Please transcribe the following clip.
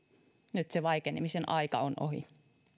nyt se vaikenemisen aika on ohi